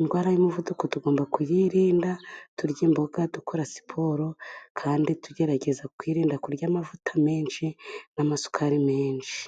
indwara y'umuvuduko tugomba kuyirinda turya imboga, dukora siporo kandi tugerageza kwirinda kurya amavuta menshi n'amasukari menshi.